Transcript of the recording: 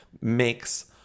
makes